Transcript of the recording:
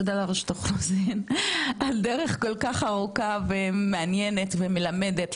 תודה לרשות האוכלוסין על דרך כל כך ארוכה ומעניינת ומלמדת,